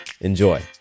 Enjoy